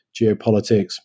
geopolitics